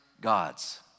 gods